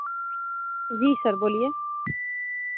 जी sir बोलिए